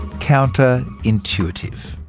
counter intuitive.